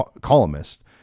columnist